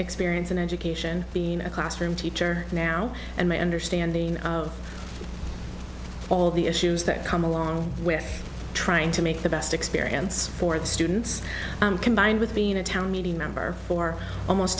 experience and education being a classroom teacher now and my understanding of all the issues that come along with trying to make the best experience for the students combined with being a town meeting member for almost